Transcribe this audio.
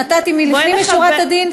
נתתי לפנים משורת הדין.